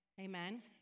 Amen